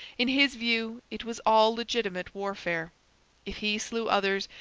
in his view it was all legitimate warfare. if he slew others,